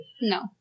No